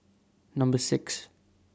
Number six